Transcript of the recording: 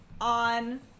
on